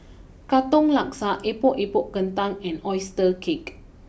Katong Laksa Epok Epok Kentang and Oyster Cake